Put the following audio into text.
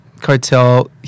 cartel